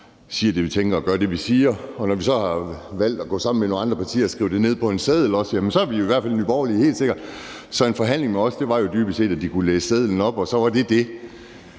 siger det, vi tænker, og gør det, vi siger. Og når vi så også har valgt at gå sammen med nogle andre partier og skrive det ned på en seddel, så er vi jo i hvert fald helt sikre. Så en forhandling med os var jo dybest set, at de kunne læse sedlen op, og det så var det.